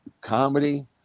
comedy